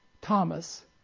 Thomas